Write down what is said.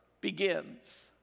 begins